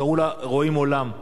קראו לה "רואים עולם",